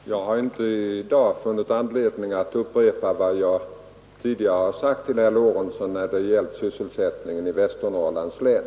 Herr talman! Jag har inte i dag funnit anledning att upprepa vad jag tidigare har sagt till herr Lorentzon när det gällt sysselsättningen i Västernorrlands län.